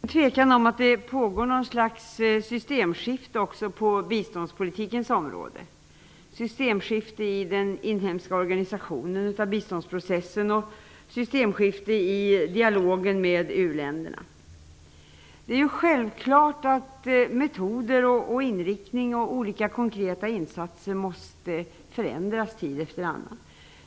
Herr talman! Det råder inget tvivel om att det pågår något slags systemskifte också på biståndspolitikens område. Det pågår ett systemskifte i den inhemska organisationen av biståndsprocessen och ett systemskifte i dialogen med u-länderna. Det är självklart att metoder, inriktning och olika konkreta insatser måste förändras tid efter annan.